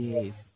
Yes